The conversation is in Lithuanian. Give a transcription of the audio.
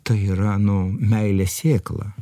tai yra nu meilės sėkla